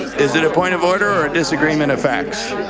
is it a point of order or a disagreement of facts?